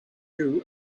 you